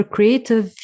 Creative